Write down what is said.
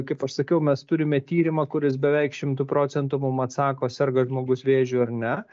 kaip aš sakiau mes turime tyrimą kuris beveik šimtu procentų mum atsako serga žmogus vėžiu ar ne